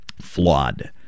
flawed